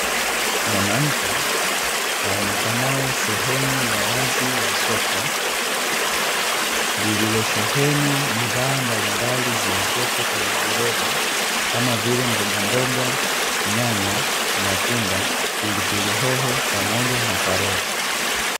Mwanamke aonekanaye sehemu ya wazi ya soko, lililosheheni bidhaa mbalimbali zilizopo kwenye viroba kamavile mbogamboga, nyanya, matunda, pilipili hoho pamoja na karoti.